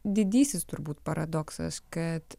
didysis turbūt paradoksas kad